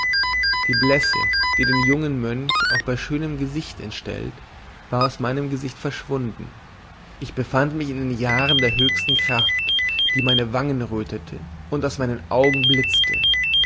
die blässe die den jungen mönch auch bei schönem gesicht entstellt war aus meinem gesicht verschwunden ich befand mich in den jahren der höchsten kraft die meine wangen rötete und aus meinen augen blitzte